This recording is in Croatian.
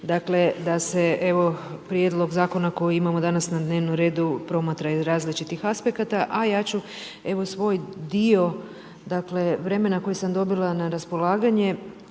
dakle da se prijedlog zakona koji imamo danas na dnevnom redu promatra iz različitih aspekata, a ja ću evo svoj dio vremena koji sam dobila na raspolaganje